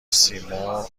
سیمرغ